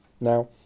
Now